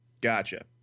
Gotcha